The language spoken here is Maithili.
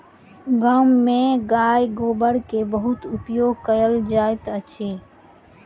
गाम में गाय गोबर के बहुत उपयोग कयल जाइत अछि